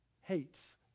hates